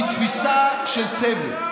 מתפיסה של צוות.